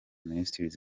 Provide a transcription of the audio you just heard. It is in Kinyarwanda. ministries